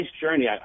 journey